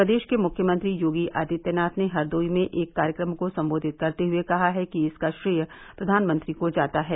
प्रदेश के मुख्यमंत्री योगी आदित्यनाथ ने हरदोई में एक कार्यक्रम को संबोधित करते हुए कहा है कि इसका श्रेय प्रधानमंत्री को जाता है